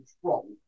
control